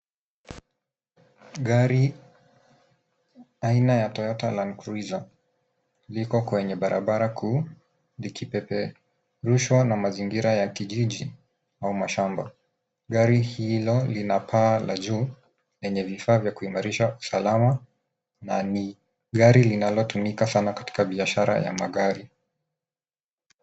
Gari ya aina ya Toyota Landcruiser liko kwenye barabara kuu likipeperushwa na mazingira ya kijiji au mashamba. Gari hilo ina paa la juu lenye vifaa vya kuimarisha usalama na ni gari linalotumika sana katika biashara ya magari.